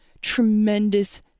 tremendous